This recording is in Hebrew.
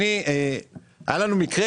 היה לנו מקרה,